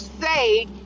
say